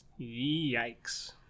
Yikes